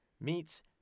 meets